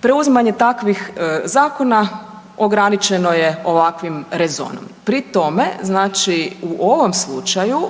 Preuzimanje takvih zakona ograničeno je ovakvim rezonom. Pri tome u ovom slučaju